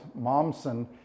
Momsen